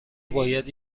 باید